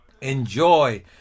Enjoy